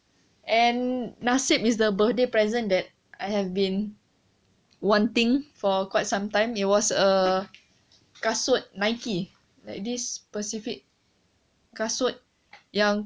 and nasib is the birthday present that I have been wanting for quite some time it was a kasut nike like this specific kasut yang